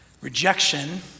rejection